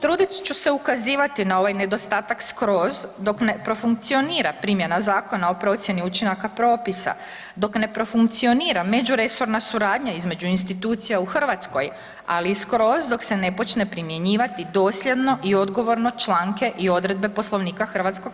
Trudit ću se ukazivati na ovaj nedostatak skroz dok ne profunkcionira primjena Zakona o procjeni učinaka propisa, dok ne profunkcionira međuresorna suradnja između institucija u Hrvatskoj, ali i skroz dok se ne počne primjenjivati dosljedno i odgovorno članke i odredbe Poslovnika HS.